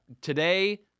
Today